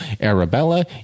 Arabella